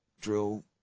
drill